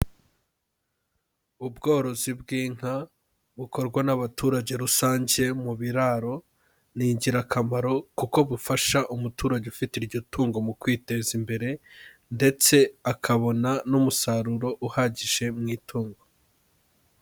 Ubworozi bw'inka bukorwa n'abaturage rusange mu biraro, ni ingirakamaro kuko bufasha umuturage ufite iryo tungo, mu kwiteza imbere, ndetse akabona n'umusaruro uhagije mu'itungo.